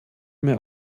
mehr